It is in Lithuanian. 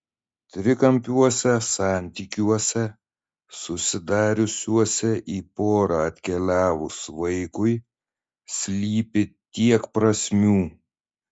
trikampiuose santykiuose susidariusiuose į porą atkeliavus vaikui slypi tiek prasmių